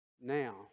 Now